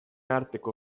arteko